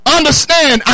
Understand